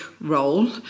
role